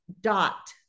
dot